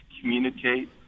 communicate